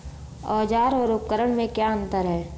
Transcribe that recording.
औज़ार और उपकरण में क्या अंतर है?